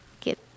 get